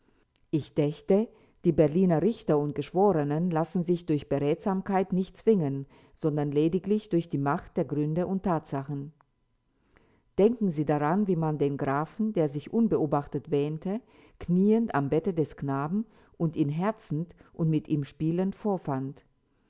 ich dächte die berliner richter und geschworenen lassen sich durch beredsamkeit nicht zwingen sondern lediglich durch die macht der gründe und tatsachen denken sie daran wie man den grafen der sich unbeobachtet wähnte kniend am bette des knaben und ihn herzend und mit ihm spielend vorfand